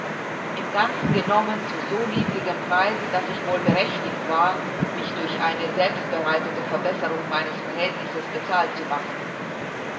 im ganzen genommen zu so niedrigem preise daß ich wohl berechtiget war mich durch eine selbstbereitete verbesserung meines verhältnisses bezahlt zu machen